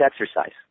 exercise